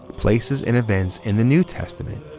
places and events in the new testament.